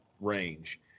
range